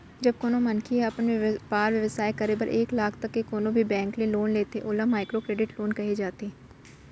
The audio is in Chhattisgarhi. जब कोनो मनखे ह अपन बेपार बेवसाय करे बर एक लाख तक के कोनो भी बेंक ले लोन लेथे ओला माइक्रो करेडिट लोन कहे जाथे